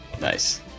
Nice